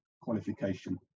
qualification